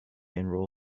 enroll